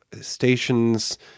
Station's